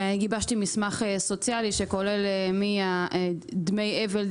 גיבשתי מסמך סוציאלי שכולל דמי אבל,